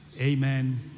Amen